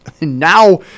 Now